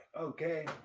Okay